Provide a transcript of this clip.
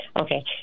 Okay